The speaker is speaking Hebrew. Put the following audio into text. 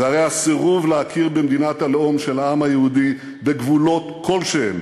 זה הרי הסירוב להכיר במדינת הלאום של העם היהודי בגבולות כלשהם,